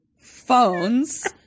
phones